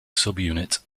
subunit